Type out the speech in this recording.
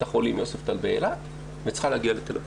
החולים יוספטל באילת וצריכה להגיע לתל אביב.